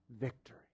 victory